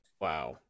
Wow